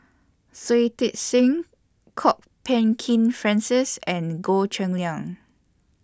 Shui Tit Sing Kwok Peng Kin Francis and Goh Cheng Liang